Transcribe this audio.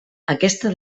aquesta